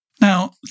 Now